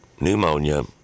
pneumonia